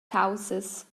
caussas